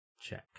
check